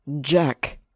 Jack